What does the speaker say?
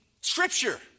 scripture